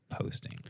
posting